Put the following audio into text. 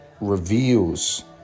reveals